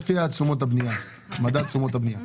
כשהגעתם לסכומים האלה.